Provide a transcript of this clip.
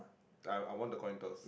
I I want the coin girls